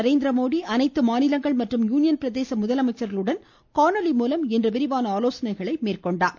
நரேந்திரமோடி அனைத்து மாநிலங்கள் மற்றும் யூனியன் பிரதேச முதலமைச்சர்களுடன் காணொலி மூலம் இன்று விரிவான ஆலோசனைகளை மேற்கொண்டுள்ளார்